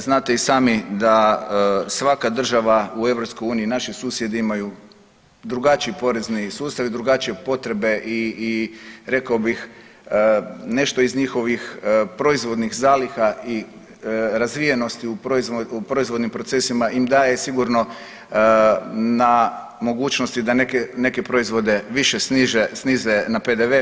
Znate i sami da svaka država u EU i naši susjedi imaju drugačiji porezni sustav i drugačije potrebe i rekao bih nešto iz njihovih proizvodnih zaliha i razvijenosti u proizvodnim procesima im daje sigurno na mogućnosti da neke, neke proizvode više snize, snize na PDV.